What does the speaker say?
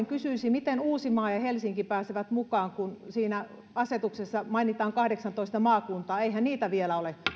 kysyisin miten uusimaa ja helsinki pääsevät mukaan kun siinä asetuksessa mainitaan kahdeksantoista maakuntaa eihän niitä vielä ole